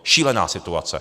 Šílená situace.